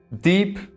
deep